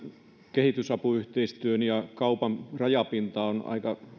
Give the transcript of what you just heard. kehitysapuyhteistyön ja kaupan rajapinta on